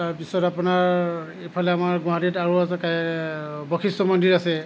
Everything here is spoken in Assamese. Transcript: তাৰপিছত আপোনাৰ এইফালে আমাৰ গুৱাহাটীত আৰু আছে বশিষ্ঠ মন্দিৰ আছে